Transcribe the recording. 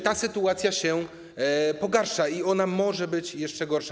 Ta sytuacja się pogarsza i ona może być jeszcze gorsza.